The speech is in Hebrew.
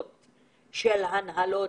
עכשיו כשהעסקים התחילו לחזור,